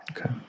Okay